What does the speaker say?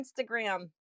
Instagram